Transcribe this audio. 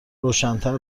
روشنتر